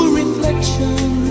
reflection